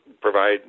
provide